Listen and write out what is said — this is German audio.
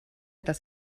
das